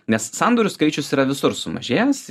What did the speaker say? nes sandorių skaičius yra visur sumažėjęs